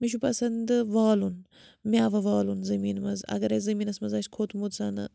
مےٚ چھُ پَسَنٛد والُن مٮ۪وٕ والُن زمیٖن منٛز اَگر اَسہِ زمیٖنَس منٛز آسہِ کھوٚتمُت زَنہٕ